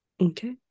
okay